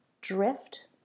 drift